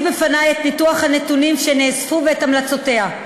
בפני את ניתוח הנתונים שנאספו ואת המלצותיה.